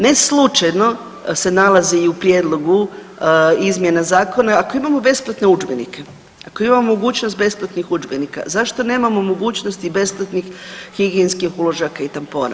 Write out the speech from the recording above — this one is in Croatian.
Ne slučajno se nalazi i u prijedlogu izmjena zakona, ako imamo besplatne udžbenike, ako imamo mogućnost besplatnih udžbenika zašto nemamo mogućnost i besplatnih higijenskih uložaka i tampona?